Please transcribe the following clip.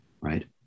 right